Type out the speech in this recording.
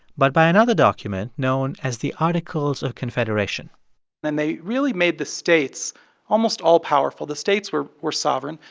but by another document known as the articles of confederation and they really made the states almost all-powerful. the states were were sovereign.